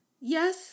yes